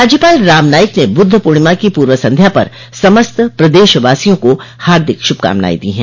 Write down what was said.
राज्यपाल राम नाईक ने बुद्ध पूर्णिमा की पूर्व संध्या पर समस्त प्रदेशवासियों को हार्दिक शुभकामनाएं दो हैं